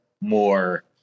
more